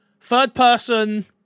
third-person